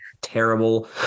terrible